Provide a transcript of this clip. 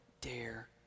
dare